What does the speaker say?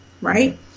right